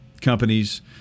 companies